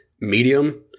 medium